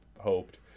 hoped